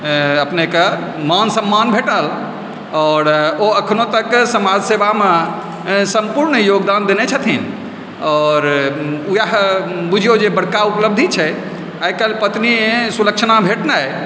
अपनेकेँ मान सम्मान भेटल आओर ओ अखनो तक समाजसेवामे सम्पुर्ण योगदान देने छथिन आओर इएह बुझियौ जे बड़का उपलब्धि छै आइकाल्हि पत्नी सुलक्षणा भेटनाइ